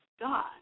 God